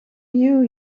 you